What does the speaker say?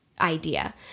idea